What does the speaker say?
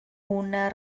una